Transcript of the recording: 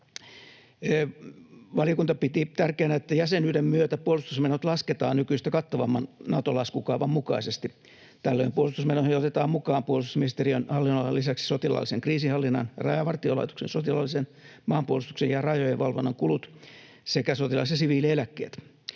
Valiokunta piti tärkeänä, että jäsenyyden myötä puolustusmenot lasketaan nykyistä kattavamman Nato-laskukaavan mukaisesti. Tällöin puolustusmenoihin otetaan mukaan puolustusministeriön hallinnonalan lisäksi sotilaallisen kriisinhallinnan, Rajavartiolaitoksen sotilaallisen maanpuolustuksen ja rajojen valvonnan kulut sekä sotilas- ja siviilieläkkeet.